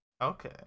Okay